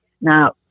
Now